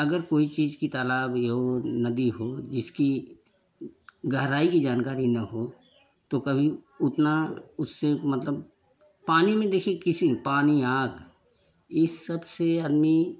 अगर कोई चीज की तालाब या नदी हो जिसकी गहाराई की जानकारी न हो तो कभी उतना उससे मतलब पानी में देखें किसी पानी आग ये सब से आदमी